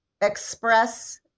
express